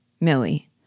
Millie